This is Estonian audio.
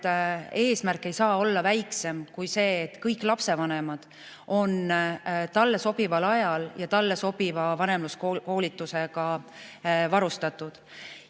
et eesmärk ei saa olla väiksem kui see, et kõik lapsevanemad [saavad] talle sobival ajal ja talle sobiva vanemluskoolituse. Ja mida